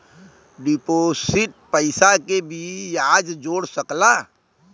deposit पइसा के बियाज जोड़ सकला